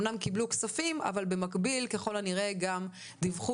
אמנם קיבלו כספים אבל במקביל ככל הנראה גם דיווחו